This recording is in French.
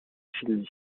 sydney